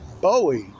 bowie